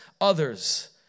others